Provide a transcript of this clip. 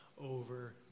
over